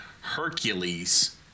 hercules